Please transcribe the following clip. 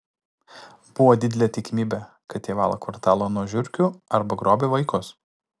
buvo didelė tikimybė kad jie valo kvartalą nuo žiurkių arba grobia vaikus